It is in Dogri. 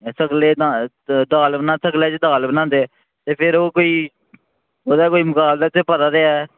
सगले ई दाल बनांदे सगलै ई दाल बनांदे ते फिर ओह् कोई ओह्दा कोई मकाबला ते पता ते ऐ